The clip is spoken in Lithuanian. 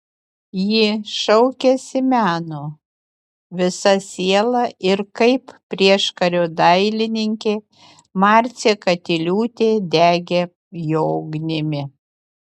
ji šaukėsi meno visa siela ir kaip prieškario dailininkė marcė katiliūtė degė jo ugnimi